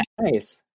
Nice